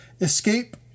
Escape